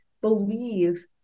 believe